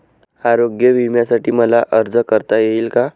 आरोग्य विम्यासाठी मला अर्ज करता येईल का?